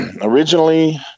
originally